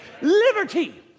Liberty